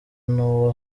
n’uwo